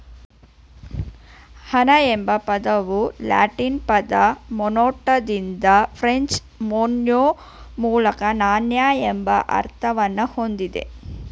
ಹಣ ಎಂಬ ಪದವು ಲ್ಯಾಟಿನ್ ಪದ ಮೊನೆಟಾದಿಂದ ಫ್ರೆಂಚ್ ಮೊನ್ಯೆ ಮೂಲಕ ನಾಣ್ಯ ಎಂಬ ಅರ್ಥವನ್ನ ಹೊಂದಿದೆ